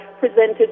presented